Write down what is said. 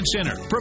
Center